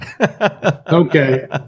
okay